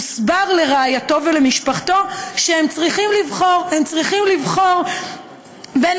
הוסבר לרעייתו ולמשפחתו שהם צריכים לבחור: הם צריכים לבחור בין